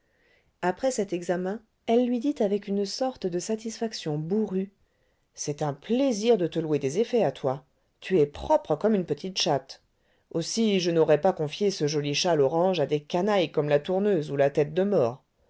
après cet examen elle lui dit avec une sorte de satisfaction bourrue c'est un plaisir de te louer des effets à toi tu es propre comme une petite chatte aussi je n'aurais pas confié ce joli châle orange à des canailles comme la tourneuse ou la tête de mort mais